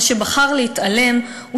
או שבחר להתעלם ממנו,